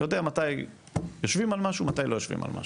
אני יודע מתי יושבים על משהו ומתי לא יושבים על משהו.